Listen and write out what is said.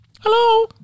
hello